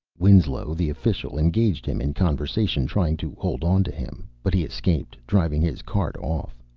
winslow, the official, engaged him in conversation, trying to hold onto him, but he escaped, driving his cart off.